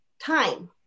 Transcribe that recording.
time